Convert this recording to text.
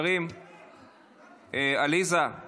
עליזה,